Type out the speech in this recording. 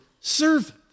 servant